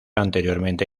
anteriormente